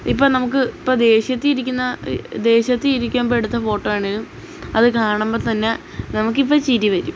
ഇപ്പോള് നമുക്ക് ഇപ്പോള് ദേഷ്യത്തിലിരിക്കുന്ന ദേഷ്യത്തിലിരിക്കുമ്പോഴെടുത്ത ഫോട്ടോയാണേലും അത് കാണുമ്പോള്ത്തന്നെ നമുക്കിപ്പോള് ചിരി വരും